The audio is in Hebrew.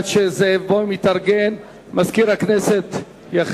עד שחבר הכנסת זאב בוים יתארגן,